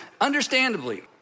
understandably